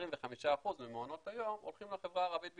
25% ממעונות היום הולכים לחברה הערבית בישראל.